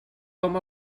com